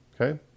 Okay